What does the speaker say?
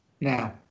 now